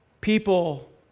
People